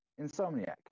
insomniac